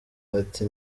ati